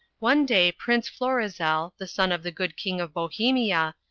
one day prince florizfel, the son of the good king of bohemia,